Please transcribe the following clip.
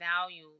value